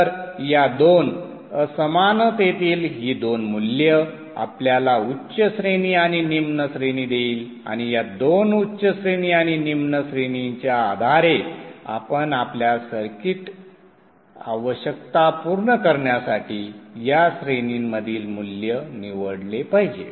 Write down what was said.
तर या दोन असमानतेतील ही दोन मूल्ये आपल्याला उच्च श्रेणी आणि निम्न श्रेणी देईल आणि या दोन उच्च श्रेणी आणि निम्न श्रेणीच्या आधारे आपण आपल्या सर्किट आवश्यकता पूर्ण करण्यासाठी या श्रेणीमधील मूल्य निवडले पाहिजे